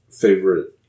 favorite